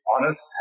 honest